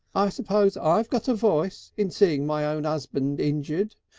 i suppose i got a voice in seeing my own ah usband injured.